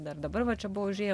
dar dabar va čia buvo užėję